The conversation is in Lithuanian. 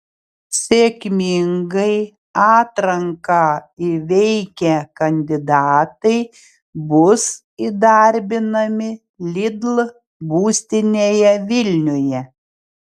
sėkmingai atranką įveikę kandidatai bus įdarbinami lidl būstinėje vilniuje